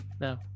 No